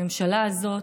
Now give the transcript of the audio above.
הממשלה הזאת,